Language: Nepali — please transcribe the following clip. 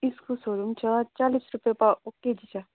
इस्कुसहरू पनि छ चालिस रुपियाँ पावा केजी छ